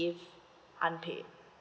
if unpaid